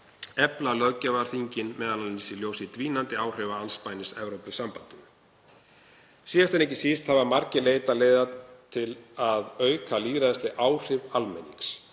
efla löggjafarþingin, m.a. í ljósi dvínandi áhrifa andspænis Evrópusambandinu. Síðast en ekki síst hafa margir leitað leiða til að auka lýðræðisleg áhrif almennings.